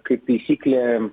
kaip taisyklė